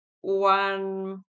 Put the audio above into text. one